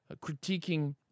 critiquing